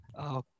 Okay